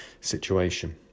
situation